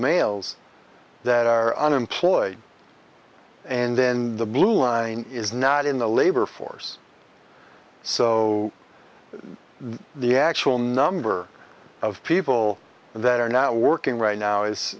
males that are unemployed and then the blue line is not in the labor force so the actual number of people that are not working right now is